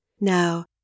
Now